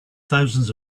thousands